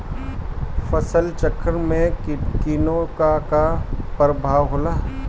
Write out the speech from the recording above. फसल चक्रण में कीटो का का परभाव होला?